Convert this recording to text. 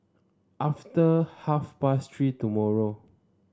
after half past Three tomorrow